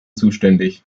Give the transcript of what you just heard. zuständig